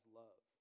love